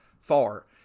far